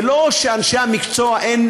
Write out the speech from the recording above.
שאנשי המקצוע, אין